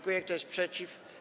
Kto jest przeciw?